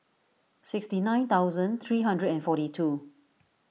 sixty nine thousand three hundred and forty two